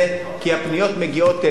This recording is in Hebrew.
כי הפניות מגיעות אלינו.